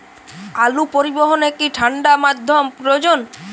আলু পরিবহনে কি ঠাণ্ডা মাধ্যম প্রয়োজন?